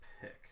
pick